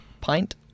pint